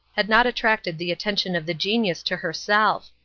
had not attracted the attention of the genius to herself.